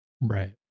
Right